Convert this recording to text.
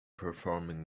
performing